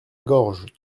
gorge